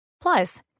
Plus